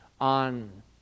on